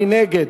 מי נגד?